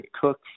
cook